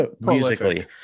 musically